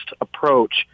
approach